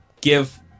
give